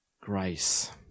grace